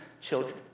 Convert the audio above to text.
children